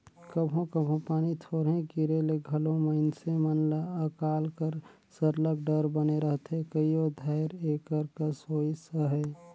कभों कभों पानी थोरहें गिरे ले घलो मइनसे मन ल अकाल कर सरलग डर बने रहथे कइयो धाएर एकर कस होइस अहे